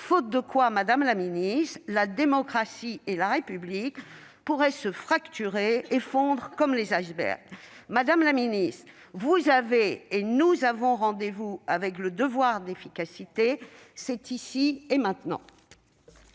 dans ce sens, madame la ministre, la démocratie et la République pourraient se fracturer et fondre comme les icebergs. Madame la ministre, vous avez et nous avons rendez-vous avec le devoir d'efficacité. C'est ici et maintenant